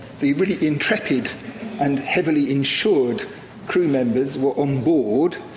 the really intrepid and heavily insured crew members were on board,